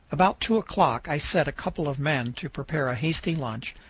about two o'clock i set a couple of men to prepare a hasty lunch,